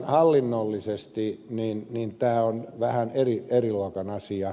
hallinnollisesti tämä on vähän eri luokan asia